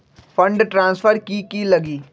Fund transfer कि की लगी?